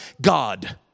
God